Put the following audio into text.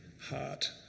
heart